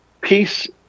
peace